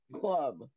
club